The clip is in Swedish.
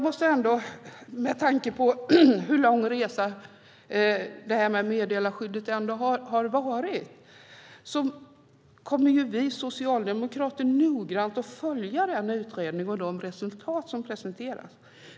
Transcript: Med tanke på hur lång resan med frågan om meddelarskyddet ändå har varit kommer vi socialdemokrater att noggrant följa denna utredning och de resultat som presenteras.